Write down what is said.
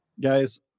guys